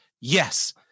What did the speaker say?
yes